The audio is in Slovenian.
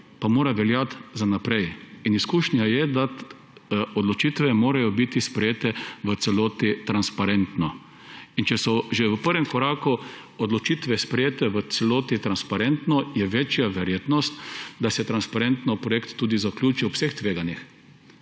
pa mora veljati za naprej. Izkušnja je, da odločitve morajo biti sprejete v celoti transparentno. In če so že v prvem koraku odločitve sprejete v celoti transparentno, je večja verjetnost, da se transparentno projekt tudi zaključi ob vseh tveganjih.